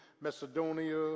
Macedonia